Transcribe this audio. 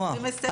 נעה,